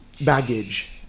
Baggage